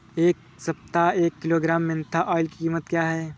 इस सप्ताह एक किलोग्राम मेन्था ऑइल की कीमत क्या है?